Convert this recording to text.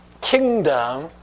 kingdom